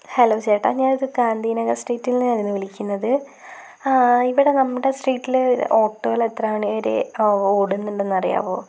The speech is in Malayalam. ഹലോ ചേട്ടാ ഞാൻ ഇത് ഗാന്ധി നഗർ സ്ട്രീറ്റിൽ നിന്നായിരുന്നു വിളിക്കുന്നത് ആ ഇവിടെ നമ്മുടെ സ്ട്രീറ്റിൽ ഓട്ടോകൾ എത്രമണി വരെ ഓടുന്നുണ്ടെന്ന് അറിയാവോ